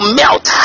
melt